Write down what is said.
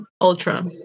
ultra